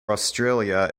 australia